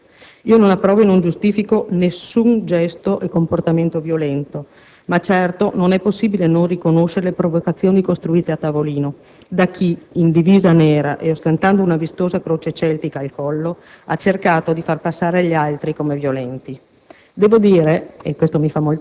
a provocazioni e a risse. Non approvo e non giustifico alcun gesto e comportamento violento, ma, certo, non è possibile non riconoscere le provocazioni costruite a tavolino da chi, in divisa nera e ostentando una vistosa croce celtica al collo, ha cercato di far passare gli altri come violenti.